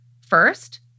first